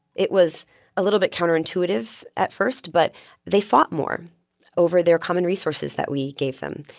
it was a little bit counterintuitive at first, but they fought more over their common resources that we gave them.